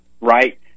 Right